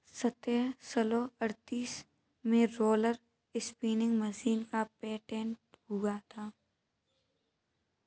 सत्रह सौ अड़तीस में रोलर स्पीनिंग मशीन का पेटेंट हुआ था